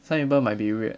some people might be weird